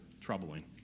troubling